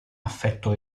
affetto